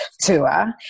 Tour